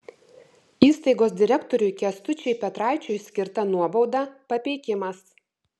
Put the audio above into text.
įstaigos direktoriui kęstučiui petraičiui skirta nuobauda papeikimas